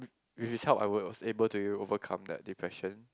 with his help I will was able to overcome that depression